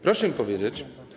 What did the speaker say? Proszę mi powiedzieć.